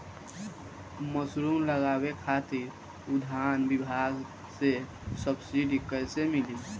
Mushroom लगावे खातिर उद्यान विभाग से सब्सिडी कैसे मिली?